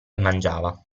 mangiava